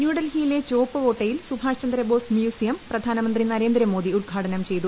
ന്യൂഡൽഹിയിലെ ചുവപ്പുകോട്ടയിൽ സുഭാഷ് ചന്ദ്രബോസ് മ്യൂസിയം പ്രധാനമന്ത്രി നരേന്ദ്രമോദി ഉദ്ഘാടനം ചെയ്തു